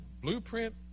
blueprint